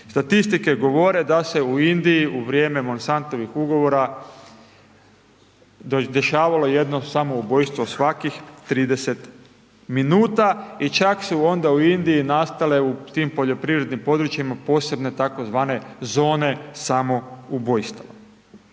Statistike govore, da se u Indiji u vrijeme Monsantovih ugovora, dešavalo jedno samoubojstvo svakih 30 minuta i čak su onda u Indiji nastale u tim poljoprivrednim područjima posebne tzv. zone samoubojstva.